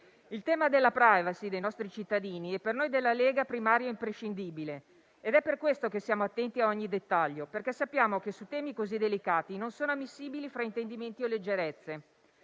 Il tema della *privacy* dei nostri cittadini è per noi della Lega primario e imprescindibile ed è per questo che siamo attenti a ogni dettaglio. Sappiamo infatti che su temi così delicati non sono ammissibili fraintendimenti o leggerezze.